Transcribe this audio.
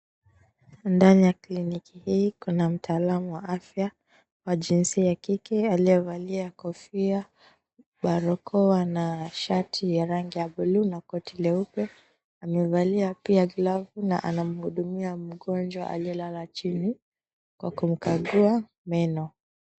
Ndani ya kliniki hii kuna mtaalamu wa afya, wa jinsia ya kike aliyevalia kofia, barakoa na shati ya rangi ya buluu na koti leupe, amevalia pia glovu na anamhudumia mgonjwa aliyelala chini, kwa kumkagua meno.